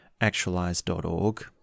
actualize.org